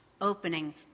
opening